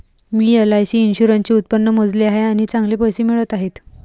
मी LIC इन्शुरन्सचे उत्पन्न मोजले आहे आणि चांगले पैसे मिळत आहेत